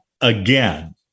again